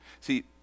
See